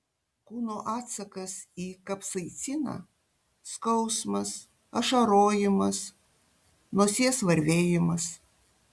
kūno atsakas į kapsaiciną skausmas ašarojimas nosies varvėjimas